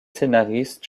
scénariste